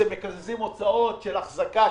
הם מקזזים הוצאות של החזקה,